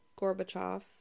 Gorbachev